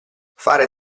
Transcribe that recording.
fare